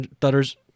thunders